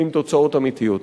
עם תוצאות אמיתיות.